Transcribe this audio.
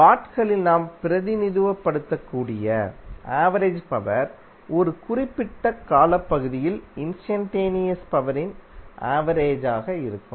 வாட்களில் நாம் பிரதிநிதித்துவப்படுத்தக்கூடிய average power ஒரு குறிப்பிட்ட காலப்பகுதியில் இன்ஸ்டன்டேனியஸ் பவரின் ஆவரேஜாக இருக்கும்